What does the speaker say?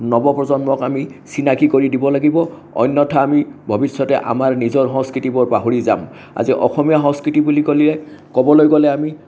নৱ প্ৰজন্মক আমি চিনাকি কৰি দিব লাগিব অন্যথা আমি ভৱিষ্যতে আমাৰ নিজৰ সংস্কৃতিবোৰ পাহৰি যাম আজি অসমীয়া সংস্কৃতি বুলি ক'লে ক'বলৈ গ'লে আমি